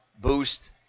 boost